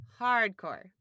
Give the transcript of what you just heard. Hardcore